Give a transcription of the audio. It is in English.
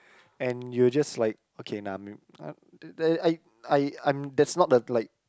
and you were just like okay nah maybe I I I'm there's not the like